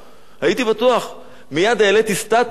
מייד העליתי סטטוס: הפתעה,